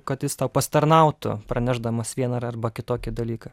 kad jis tau pasitarnautų pranešdamas vieną ar arba kitokį dalyką